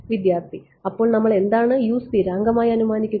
വിദ്യാർത്ഥി അപ്പോൾ നമ്മൾ എന്താണ് സ്ഥിരാങ്കം ആയി അനുമാനിക്കുന്നത്